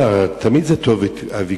רצוני לשאול: מה ייעשה לטיפול בתופעה זו?